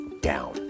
down